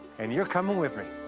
and you're coming with me.